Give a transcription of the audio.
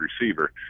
receiver